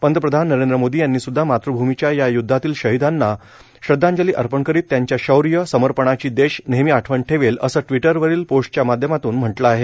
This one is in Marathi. पंतप्रधान नरेंद्र मोदी यांनी सुद्धा मातृभूमीच्या या युद्धातील शहिदांना श्रद्धांजली अर्पण करित त्यांच्या शौर्य समर्पणाची देश नेहमी आठवण ठेवेल असं ट्विटर वरील पोस्टच्या माध्यमातून म्हटलं आहे